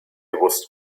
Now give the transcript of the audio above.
was